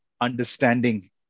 understanding